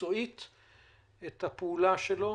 מקצועית את הפעולה שלו